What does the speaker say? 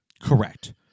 Correct